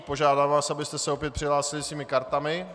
Požádám vás, abyste se opět přihlásili svými kartami.